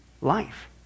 life